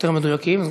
יותר מדויקים.